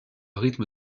rythme